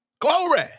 Glory